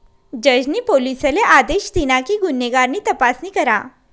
जज नी पोलिसले आदेश दिना कि गुन्हेगार नी तपासणी करा